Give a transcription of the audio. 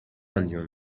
انجام